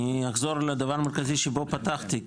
אני אחזור לדבר המרכזי שבו פתחתי,